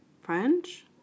French